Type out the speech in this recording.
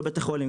בבתי חולים.